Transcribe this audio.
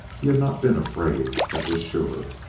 he had not been afraid, that was sure.